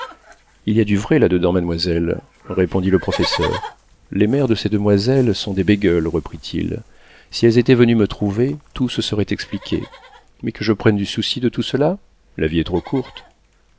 il y a du vrai là-dedans mademoiselle répondit le professeur les mères de ces demoiselles sont des bégueules reprit-il si elles étaient venues me trouver tout se serait expliqué mais que je prenne du souci de tout cela la vie est trop courte